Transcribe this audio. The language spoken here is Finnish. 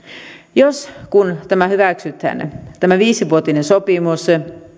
jos tai kun hyväksytään tämä viisivuotinen sopimus